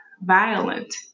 violent